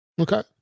okay